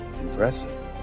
Impressive